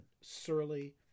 surly